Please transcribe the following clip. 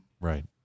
Right